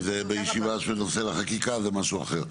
כי זה בישיבה של נושא החקיקה זה משהו אחר.